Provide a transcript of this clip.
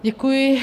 Děkuji.